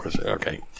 Okay